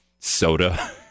soda